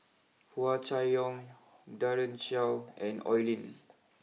Hua Chai Yong Daren Shiau and Oi Lin